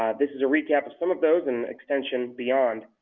this is a recap of some of those and extends and beyond.